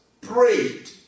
prayed